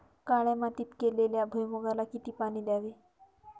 काळ्या मातीत केलेल्या भुईमूगाला किती पाणी द्यावे?